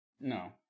No